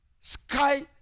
sky